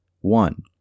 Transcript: One